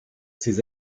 ses